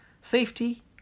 Safety